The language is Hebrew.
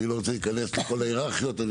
אני לא רוצה להיכנס לכל ההיררכיות,